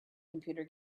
computer